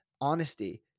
honesty